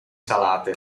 salate